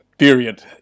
Period